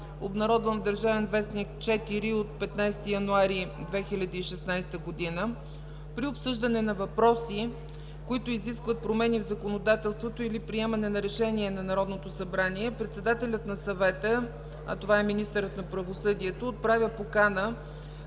обнародвано в „Държавен вестник”, бр. 4 от 15 януари 2016 г., при обсъждане на въпроси, които изискват промени в законодателството или приемане на решение на Народното събрание председателят на Съвета, а това е министърът на правосъдието, отправя покана